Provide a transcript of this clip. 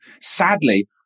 sadly